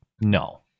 No